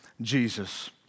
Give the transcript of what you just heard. Jesus